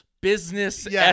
business